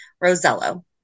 Rosello